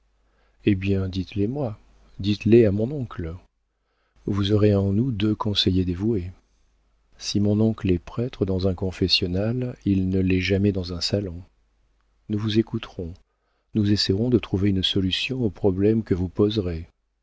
eh bien dites les moi dites les à mon oncle vous aurez en nous deux conseillers dévoués si mon oncle est prêtre dans un confessionnal il ne l'est jamais dans un salon nous vous écouterons nous essaierons de trouver une solution aux problèmes que vous poserez